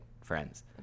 friends